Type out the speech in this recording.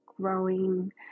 growing